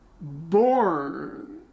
born